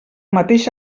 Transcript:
mateix